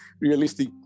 realistic